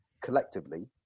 collectively